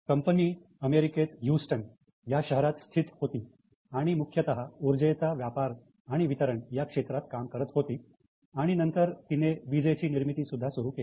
company अमेरिकेत Houston या शहरात स्थित होती आणि मुख्यतः ऊर्जेचा व्यापार आणि वितरण या क्षेत्रात काम करत होती आणि नंतर त्यांनी विजेची निर्मिती सुरू केली